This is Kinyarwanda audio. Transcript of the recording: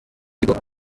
ikigo